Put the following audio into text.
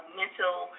mental